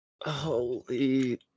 Holy